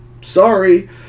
sorry